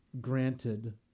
granted